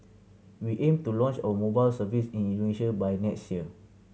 we aim to launch our mobile service in Indonesia by next year